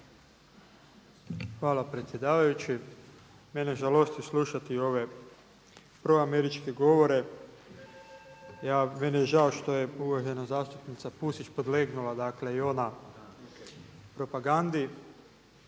Hvala predsjedavajući. Mene žalosti slušati ove proameričke govore. Meni je žao što je uvažena zastupnica Pusić podlegnula dakle i ona propagandi.